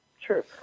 Sure